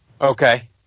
Okay